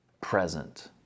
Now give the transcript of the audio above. present